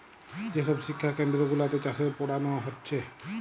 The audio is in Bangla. যে সব শিক্ষা কেন্দ্র গুলাতে চাষের পোড়ানা হচ্ছে